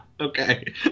Okay